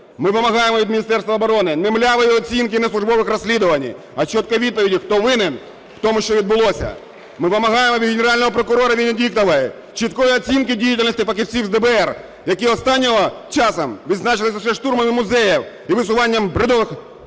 Ми вимагаємо від Міністерства оборони не млявої оцінки неслужбових розслідувань, а чіткої відповіді, хто винен у тому, що відбулося. Ми вимагаємо від Генерального прокурора Венедіктової чіткої оцінки діяльності фахівців з ДБР, які останнім часом відзначились лише штурмами музеїв і висуванням бредових